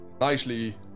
nicely